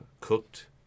Cooked